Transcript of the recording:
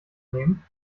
nehmen